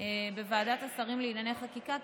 בוועדת השרים לענייני חקיקה,